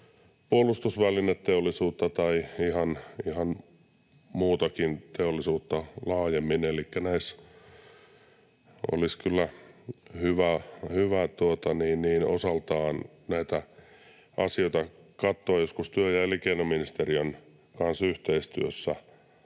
puolustusvälineteollisuutta tai ihan muutakin teollisuutta laajemmin. Elikkä olisi kyllä hyvä osaltaan näitä asioita katsoa joskus työ- ja elinkeinoministeriön kanssa yhteistyössä